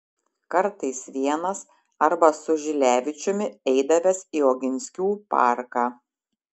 kartais vienas arba su žilevičiumi eidavęs į oginskių parką